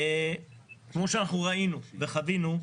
כמו שראינו וחווינו,